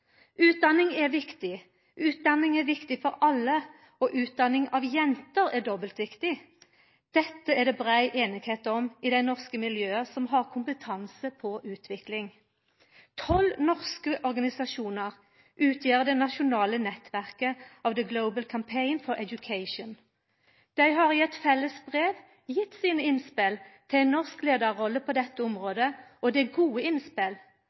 Utdanning er viktig, utdanning er viktig for alle, og utdanning av jenter er dobbelt viktig. Dette er det brei einigheit om i dei norske miljøa som har kompetanse på utvikling. Tolv norske organisasjonar utgjer det nasjonale nettverket av The Global Campaign for Education. Dei har i eit felles brev gitt innspela sine til ein norsk leiarrolle på dette området, og det er gode innspel.